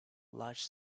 large